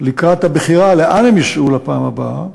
לקראת הבחירה לאן הם ייסעו בפעם הבאה,